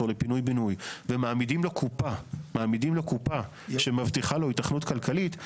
לפינוי בינוי ומעמידים לו קופה שמבטיחה לו היתכנות כלכלית,